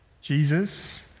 Jesus